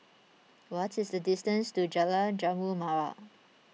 what is the distance to Jalan Jambu Mawar